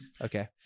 Okay